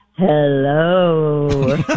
Hello